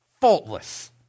faultless